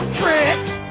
tricks